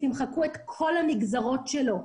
אנחנו מאוד מבקשים שימחקו את כל הנגזרות שלו.